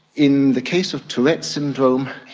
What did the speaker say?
in the case of tourette's syndrome,